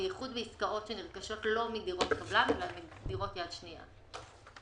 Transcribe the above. בייחוד בעסקאות שנרכשות לא מדירות קבלן אלא דירות יד שנייה.